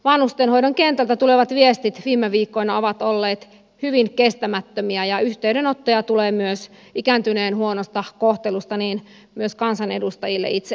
vanhustenhoidon kentältä tulevat viestit viime viikkoina ovat olleet hyvin kestämättömiä ja yhteydenottoja tulee myös ikääntyneen huonosta kohtelusta myös kansanedustajille itselleen